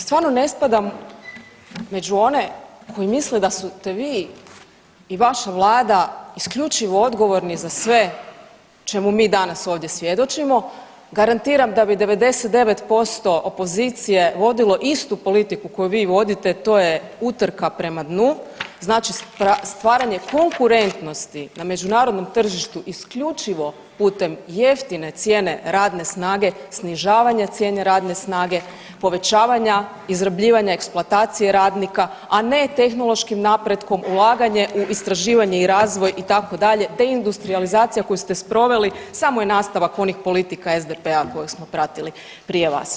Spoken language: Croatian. Stvarno ne spadam među one koji misle da ste vi i vaša Vlada isključivo odgovorni za sve o čemu mi danas ovdje svjedočimo, garantiram da bi 99% opozicije vodilo istu politiku koju vi vodite, to je utrka prema dnu, znači stvaranje konkurentnosti na međunarodnom tržištu isključivo putem jeftine cijene radne snage, snižavanje cijene radne snage, povećavanja izrabljivanja, eksploatacije radnika, a ne tehnološkim napretkom, ulaganje u istraživanje i razvoj, itd., deindustrijalizacija koju ste sproveli samo je nastavak onih politika SDP-a koje smo pratili prije vas.